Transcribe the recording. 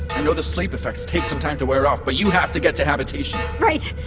i know the sleep effects take some time to wear off, but you have to get to habitation! right!